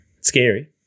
Scary